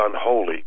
unholy